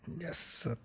yes